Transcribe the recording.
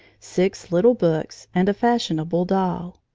six little books, and a fashionable doll.